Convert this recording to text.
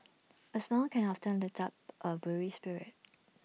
A smile can often lift up A weary spirit